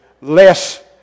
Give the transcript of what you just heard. less